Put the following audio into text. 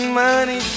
money